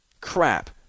crap